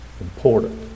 important